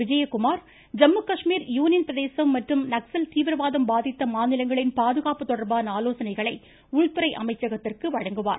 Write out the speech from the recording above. Vijayakumar Jammu Kashmir union பிரதேசம் மற்றும் நக்ஸல் தீவிரவாதம் பாதித்த மாநிலங்களின் பாதுகாப்பு தொடர்பான ஆலோசனைகளை உள்துறை அமைச்சகத்திற்கு வழங்குவார்